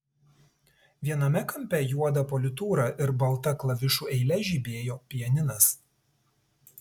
viename kampe juoda politūra ir balta klavišų eile žibėjo pianinas